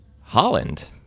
Holland